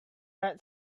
red